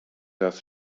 das